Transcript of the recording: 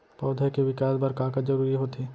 पौधे के विकास बर का का जरूरी होथे?